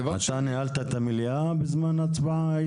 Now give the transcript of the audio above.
איתן, אתה ניהלת את המליאה בזמן ההצבעה?